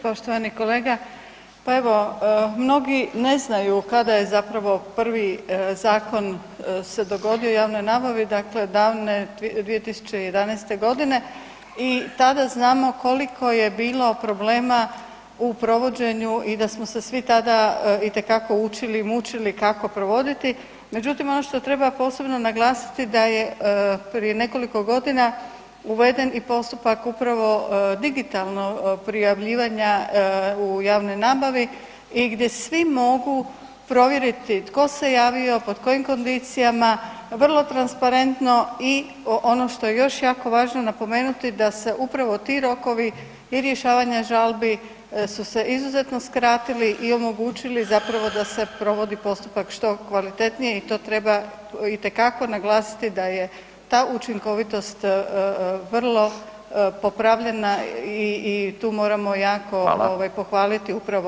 Poštovani kolega, pa evo mnogi ne znaju kada je zapravo prvi zakon se dogodio o javnoj nabavi, dakle davne 2011. godine i tada znamo koliko je bilo problema u provođenju i da smo se svi tada itekako učili i mučili kako provoditi, međutim, ono što treba posebno naglasiti da je prije nekoliko godina uveden i postupak upravo digitalno prijavljivanja u javnoj nabavi i gdje svi mogu provjeriti tko se javio, pod kojim kondicijama, vrlo transparentno i ono što je još jako važno napomenuti da se upravo ti rokovi i rješavanja žalbi su se izuzetno skratili i omogućili zapravo da se provodi postupak što kvalitetnije i to treba itekako naglasiti da je ta učinkovitost vrlo popravljena i tu moramo jako [[Upadica: Hvala.]] pohvaliti upravo DKOM.